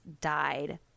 died